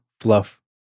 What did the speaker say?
fluff